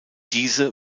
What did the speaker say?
diese